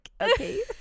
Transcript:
okay